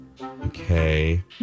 Okay